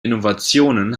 innovationen